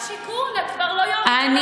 אבל את שרת השיכון, את כבר לא יושבת-ראש